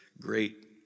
great